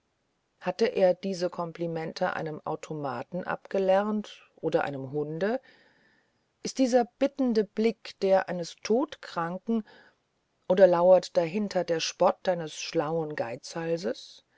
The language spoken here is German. hat er diese komplimente einem automaten abgelernt oder einem hunde ist dieser bittende blick der eines todkranken oder lauert dahinter der spott eines schlauen geizhalses